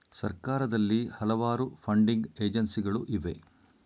ಸರ್ಕಾರದಲ್ಲಿ ಹಲವಾರು ಫಂಡಿಂಗ್ ಏಜೆನ್ಸಿಗಳು ಇವೆ